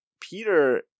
Peter